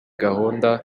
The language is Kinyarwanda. gahunda